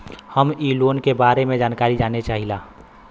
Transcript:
हम इ लोन के बारे मे जानकारी जाने चाहीला?